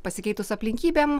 pasikeitus aplinkybėm